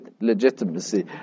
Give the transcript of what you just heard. legitimacy